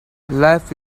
life